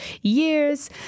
years